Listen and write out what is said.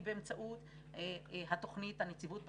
היא באמצעות התכנית "הנציבות בקהילה"